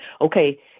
okay